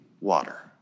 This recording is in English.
water